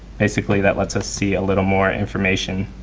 basically that let's us see a little more information,